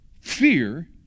fear